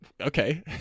Okay